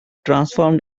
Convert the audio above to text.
transformed